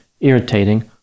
irritating